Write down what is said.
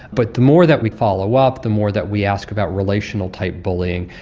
but the more that we follow up, the more that we ask about relational type bullying,